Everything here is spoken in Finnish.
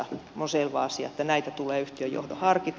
on selvä asia että näitä tulee yhtiön johdon harkita